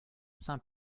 saint